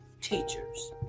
Teachers